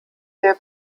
der